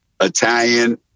Italian